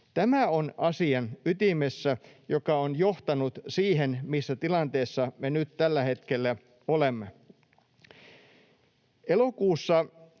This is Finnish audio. Tämä on asian ytimessä, mikä on johtanut siihen, missä tilanteessa me nyt tällä hetkellä olemme. 10.